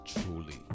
truly